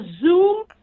Zoom